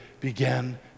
began